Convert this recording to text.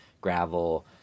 gravel